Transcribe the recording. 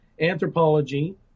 anthropology